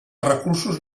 recursos